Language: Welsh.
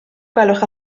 gwelwch